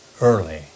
early